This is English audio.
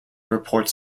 reports